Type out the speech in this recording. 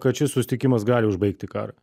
kad šis susitikimas gali užbaigti karą